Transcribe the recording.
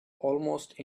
almost